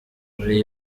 muri